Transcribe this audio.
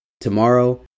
Tomorrow